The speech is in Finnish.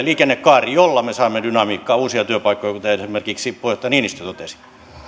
liikennekaari jolla me saamme dynamiikkaa uusia työpaikkoja kuten esimerkiksi puheenjohtaja niinistö totesi